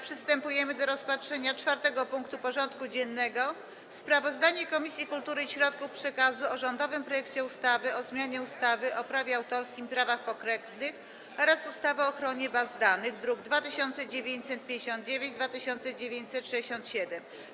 Przystępujemy do rozpatrzenia punktu 4. porządku dziennego: Sprawozdanie Komisji Kultury i Środków Przekazu o rządowym projekcie ustawy o zmianie ustawy o prawie autorskim i prawach pokrewnych oraz ustawy o ochronie baz danych (druki nr 2959 i 2967)